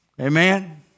Amen